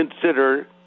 consider